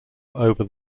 over